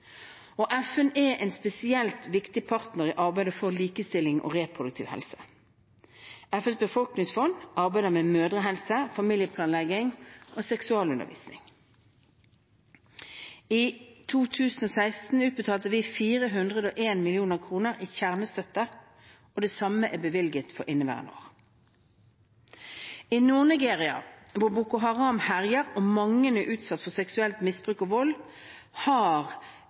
og i det nordiske samarbeidet. FN er en spesielt viktig partner i arbeidet for likestilling og reproduktiv helse. FNs befolkningsfond arbeider med mødrehelse, familieplanlegging og seksualundervisning. I 2016 utbetalte vi 401 mill. kr i kjernestøtte. Det samme er bevilget for inneværende år. I Nord-Nigeria, hvor Boko Haram herjer og mange er utsatt for seksuelt misbruk og vold, har